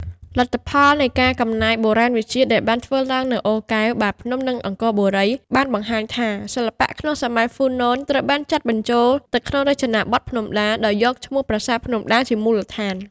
លទ្ធផលនៃការកំណាយបុរាណវិទ្យាដែលបានធ្វើឡើងនៅ អូរកែវ បាភ្នំ និង អង្គរបុរី បានបង្ហាញថា សិល្បៈក្នុងសម័យហ្វូណនត្រូវបានចាត់បញ្ចូលទៅក្នុងរចនាបថភ្នំដា ដោយយកឈ្មោះ ប្រាសាទភ្នំដា ជាមូលដ្ឋាន។